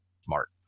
smart